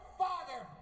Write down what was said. father